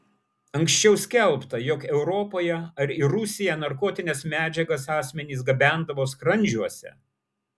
anksčiau skelbta jog europoje ar į rusiją narkotines medžiagas asmenys gabendavo skrandžiuose